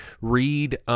read